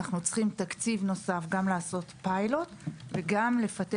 אנחנו צריכים תקציב נוסף לעשות פיילוט ולפתח